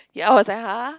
ya I was like !huh!